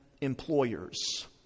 employers